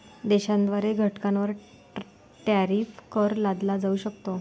देशाद्वारे घटकांवर टॅरिफ कर लादला जाऊ शकतो